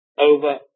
over